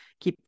que